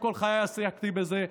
וכל חיי עסקתי בזה,